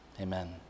amen